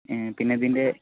പിന്നെ ഇതിൻ്റെ